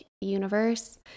Universe